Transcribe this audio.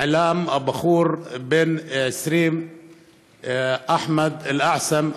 נעלם הבחור בן ה-20 אחמד אל-אעסם,